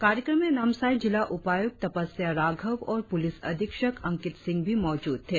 कार्यक्रम मे नामसाई जिला उपायुक्त तपस्य राघव और पुलिस अधीक्षक अंकित सिंह भी मौजूद थे